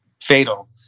fatal